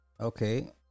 Okay